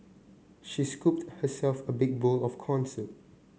she scooped herself a big bowl of corn soup